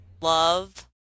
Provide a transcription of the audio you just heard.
love